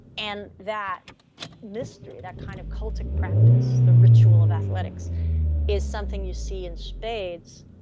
and that mystery, that kind of cultic practice, the ritual of athletics is something you see in spades